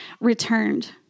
returned